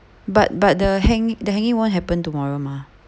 but but the hang the hanging won't happen tomorrow mah